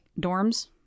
dorms